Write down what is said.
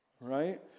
right